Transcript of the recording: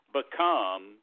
become